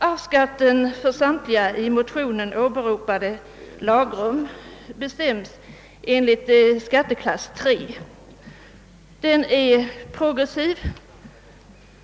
Arvsskatten för samtliga i motionerna åberopade juridiska personer bestäms enligt skatteklass III. Skatten är progressiv.